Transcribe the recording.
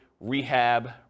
rehab